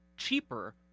cheaper